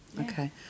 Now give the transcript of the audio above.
Okay